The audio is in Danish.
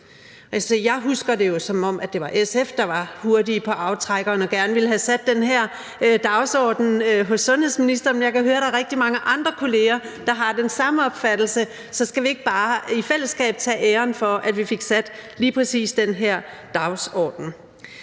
jo, som at det var SF, der var hurtige på aftrækkeren og gerne ville have sat den her dagsorden hos sundhedsministeren, men jeg kan høre, at der er rigtig mange andre kolleger, der har den samme opfattelse. Så skal vi ikke bare i fællesskab tage æren for, at vi fik sat lige præcis den her dagsorden?